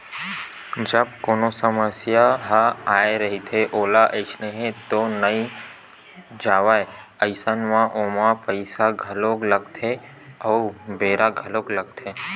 जब कोनो भी समस्या ह आय रहिथे ओहा अइसने तो नइ जावय अइसन म ओमा पइसा घलो लगथे अउ बेरा घलोक लगथे